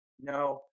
no